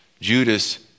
Judas